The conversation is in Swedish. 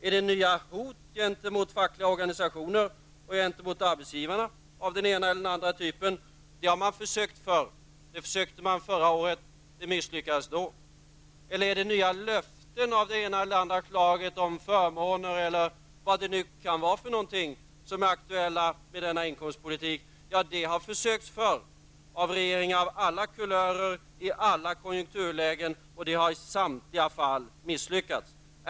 Är det nya hot gentemot fackliga organisationer och gentemot arbetsgivarna av den ena eller andra typen? Det har man försökt förr. Det försökte man förra året, och det misslyckades då. Eller är det nya löften av det ena eller andra slaget om förmåner eller vad det nu kan vara för någonting som är aktuellt i denna inkomstpolitik? Det har försökts förr, av regeringar av alla kulörer i alla konjunkturlägen, och det har i samtliga fall misslyckats.